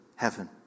Heaven